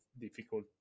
difficult